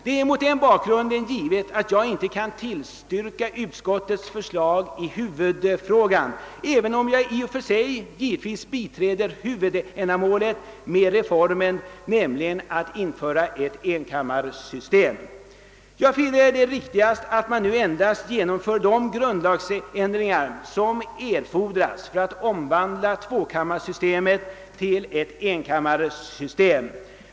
Det är mot denna bakgrund givet att jag inte kan tillstyrka utskottets förslag som helhet, även om jag i och för sig givetvis biträder huvudändamålet med reformen, nämligen införandet av ett enkammarsystem. Jag finner det riktigast att man nu endast genomför de grundlagsändringar som erfordras för att omvandla tvåkammarsystemet till ett enkammarsystem.